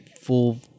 full